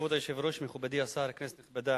כבוד היושב-ראש, מכובדי השר, כנסת נכבדה,